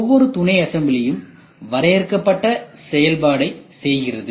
ஒவ்வொரு துணைஅசெம்பிளியும் வரையறுக்கப்பட்ட செயல்பாட்டை செய்கிறது